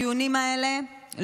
לדיונים והצבעות בכנסת,